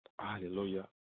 Hallelujah